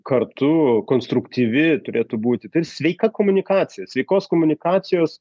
kartu konstruktyvi turėtų būti taip sveika komunikacija sveikos komunikacijos